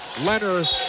Leonard